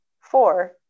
Four